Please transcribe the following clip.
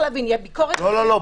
צריך להבין, ביקורת --- לא, לא.